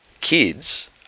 kids